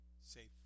safe